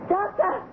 Doctor